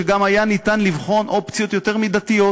שגם היה אפשר לבחון אופציות יותר מידתיות,